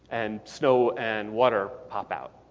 and snow and water pop out.